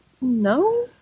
No